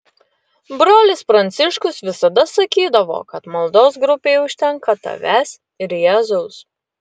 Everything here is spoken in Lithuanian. brolis pranciškus visada sakydavo kad maldos grupei užtenka tavęs ir jėzaus